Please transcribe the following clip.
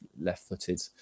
Left-footed